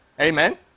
amen